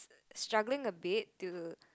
struggling a bit to